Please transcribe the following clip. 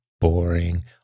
boring